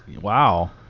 Wow